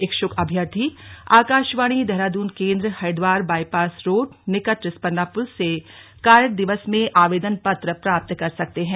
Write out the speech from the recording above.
इच्छुक अभ्यर्थी आकाशवाणी देहरादून केंद्र हरिद्वार बाइपास रोड निकट रिस्पना पुल से कार्य दिवस में आवेदन पत्र प्राप्त कर सकते हैं